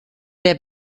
der